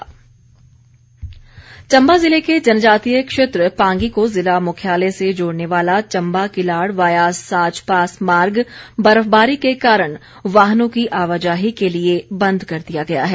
मार्ग बंद चम्बा जिले के जनजातीय क्षेत्र पांगी को जिला मुख्यालय से जोड़ने वाला चम्बा किलाड़ वाया साच पास मार्ग बर्फबारी के कारण वाहनों की आवाजाही के लिए बंद कर दिया गया है